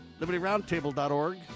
LibertyRoundtable.org